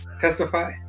Testify